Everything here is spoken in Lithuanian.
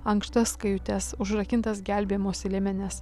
ankštas kajutes užrakintas gelbėjimosi liemenes